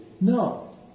No